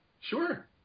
Sure